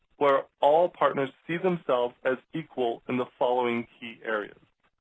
where all partners see themselves as equal in the following key areas.